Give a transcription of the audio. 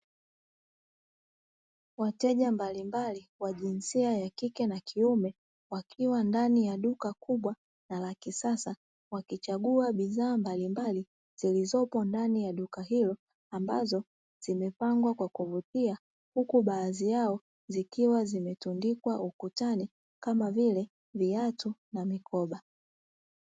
Wateja mbalimbali wa jinsia ya kike na kiume wakiwa ndani ya duka kubwa na la kisasa, wakichagua bidhaa mbalimbali zilizopo ndani ya duka hilo ambazo zimepangwa kwa kuvutia, huku baadhi yao zikiwa zimetundikwa ukutani kama vile viatu na mikoba.